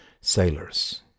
sailors